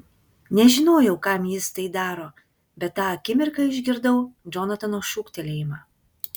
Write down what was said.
nežinojau kam jis tai daro bet tą akimirką išgirdau džonatano šūktelėjimą